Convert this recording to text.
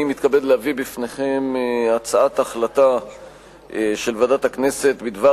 אני מתכבד להביא בפניכם הצעת החלטה של ועדת הכנסת בדבר